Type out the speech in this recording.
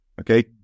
okay